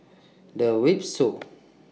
The Windsor